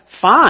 fine